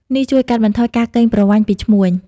នេះជួយកាត់បន្ថយការកេងប្រវ័ញ្ចពីឈ្មួញ។